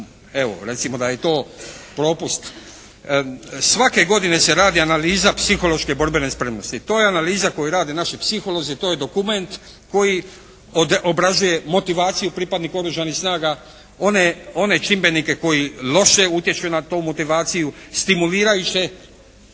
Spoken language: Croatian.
evo recimo da je to propust. Svake godine se radi analiza psihološke borbene spremnosti. To je analiza koju rade naši psiholozi, to je dokument koji obrazlaže motivaciju pripadnika oružanih snaga, one čimbenike koji loše utječu na tu motivaciju, stimulirajuće